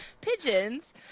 Pigeons